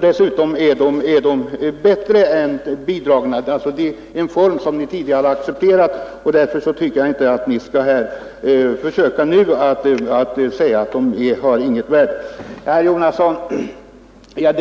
Det är alltså en form som ni tidigare har accepterat, och då tycker jag inte att ni nu skall säga att den inte har något värde. Sedan verkade